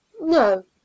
no